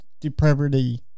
depravity